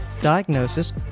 diagnosis